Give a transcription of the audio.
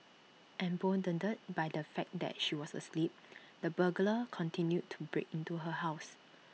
emboldened by the fact that she was asleep the burglar continued to break into her house